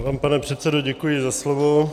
Já vám, pane předsedo, děkuji za slovo.